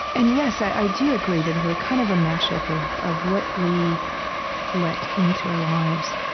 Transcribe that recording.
and yes, i do agree that we're kind of a mashup of of what we let into our lives.